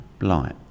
Light